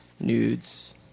nudes